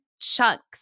chunks